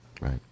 Right